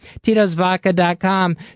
Tito'svodka.com